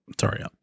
sorry